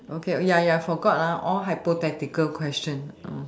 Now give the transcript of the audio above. okay ya ya ya forgot all hypothetical question